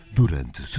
durante